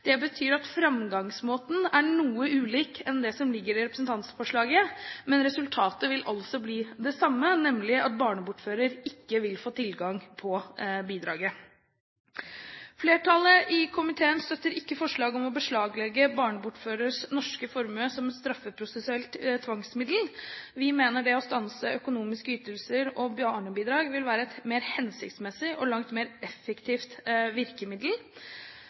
Det betyr at framgangsmåten er noe ulik det som ligger i representantforslaget, men resultatet vil altså bli det samme, nemlig at barnebortfører ikke vil få tilgang på bidraget. Flertallet i komiteen støtter ikke forslaget om å beslaglegge barnebortførers norske formue som et straffeprosessuelt tvangsmiddel. Vi mener at det å stanse økonomiske ytelser og barnebidrag vil være et mer hensiktsmessig og langt mer effektivt virkemiddel.